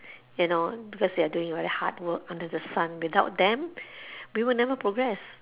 you know because they're doing very hard work under the sun without them we will never progress